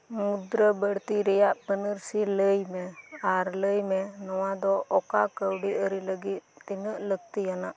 ᱢᱩᱫᱽᱫᱨᱟ ᱵᱟᱹᱲᱛᱤ ᱨᱮᱭᱟᱜ ᱯᱟᱹᱱᱟᱹᱨᱥᱤ ᱞᱟᱹᱭ ᱢᱮ ᱟᱨ ᱞᱟᱹᱭ ᱢᱮ ᱱᱚᱣᱟ ᱫᱚ ᱚᱠᱟ ᱠᱟᱹᱣᱰᱤ ᱟᱹᱨᱤ ᱞᱟᱹᱜᱤᱫ ᱛᱤᱱᱟᱹᱜ ᱞᱟᱹᱠᱛᱤ ᱟᱱᱟᱜ